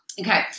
Okay